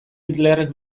hitlerrek